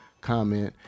comment